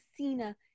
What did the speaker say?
Cena